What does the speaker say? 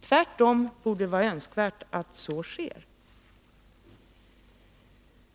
Tvärtom borde det vara önskvärt att så sker.